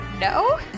no